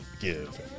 give